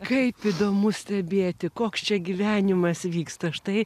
kaip įdomu stebėti koks čia gyvenimas vyksta štai